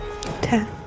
Ten